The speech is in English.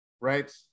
right